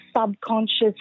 subconscious